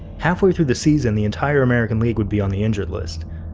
halfway through the season, the entire american league would be on the injured list.